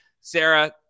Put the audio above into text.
Sarah